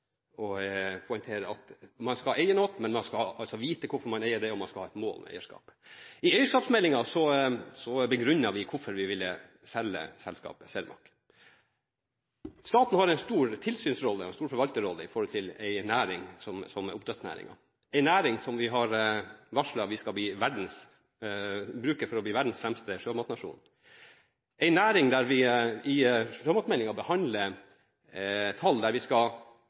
å poengtere at man skal eie noe, men man skal vite hvorfor man eier det, og man skal ha et mål med eierskapet. I eierskapsmeldingen begrunner vi hvorfor vi ville selge selskapet Cermaq. Staten har en stor tilsynsrolle, en stor forvalterrolle, i forhold til en næring som oppdrettsnæringen – en næring som vi har varslet at vi skal bruke for å bli verdens fremste sjømatnasjon. I sjømatmeldingen behandler vi tall der verdiskapingen skal øke med seksgangen for sjømatnæringen fram til 2050. Vi skal altså bli en formidabel aktør. Da mener vi i